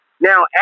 Now